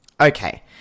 Okay